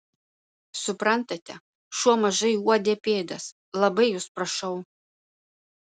suprantate šuo mažai uodė pėdas labai jus prašau